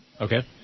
Okay